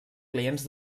clients